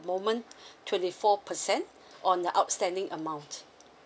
moment twenty four percent on the outstanding amount